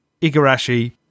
Igarashi